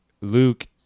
Luke